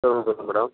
தமிழ் பேசுறேன் மேடம்